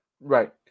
right